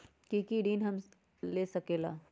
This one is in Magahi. की की ऋण हम ले सकेला?